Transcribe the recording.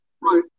Right